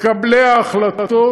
אבל מקבלי ההחלטות,